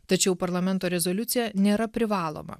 tačiau parlamento rezoliucija nėra privaloma